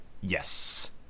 Yes